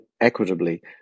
equitably